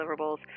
deliverables